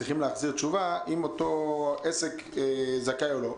צריכים להחזיר תשובה אם אותו עסק זכאי או לא.